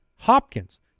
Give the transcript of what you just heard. Hopkins